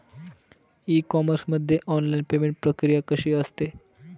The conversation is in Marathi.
ई कॉमर्स मध्ये ऑनलाईन पेमेंट प्रक्रिया कशी असते?